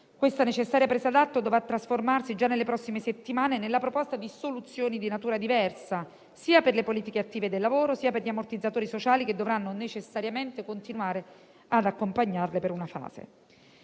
questa necessaria presa d'atto dovrà trasformarsi già nelle prossime settimane nella proposta di soluzioni di natura diversa sia per le politiche attive del lavoro, sia per gli ammortizzatori sociali che dovranno necessariamente continuare ad accompagnarle per una fase.